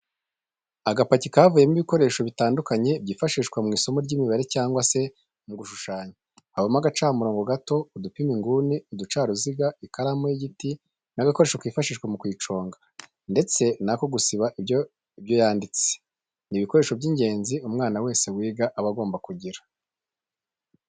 Agapaki kavuyemo ibikoresho bitandukanye byifashishwa mu isomo ry'imibare cyangwa se mu gushushanya, habamo agacamurongo gato, udupima inguni, uducaruziga, ikaramu y'igiti n'agakoresho kifashishwa mu kuyiconga ndetse n'ako gusiba ibyo yanditse, ni ibikoresho by'ingenzi umwana wese wiga aba agomba kugira.